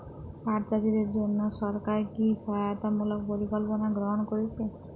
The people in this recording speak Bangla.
পাট চাষীদের জন্য সরকার কি কি সহায়তামূলক পরিকল্পনা গ্রহণ করেছে?